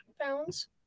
pounds